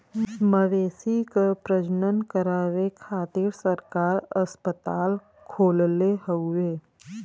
मवेशी के प्रजनन करावे खातिर सरकार अस्पताल खोलले हउवे